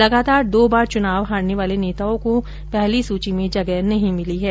लगातार दो बार चुनाव हारने वाले नेताओं को पहली सूची में जगह नहीं मिली है